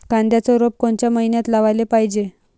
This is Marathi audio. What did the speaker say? कांद्याचं रोप कोनच्या मइन्यात लावाले पायजे?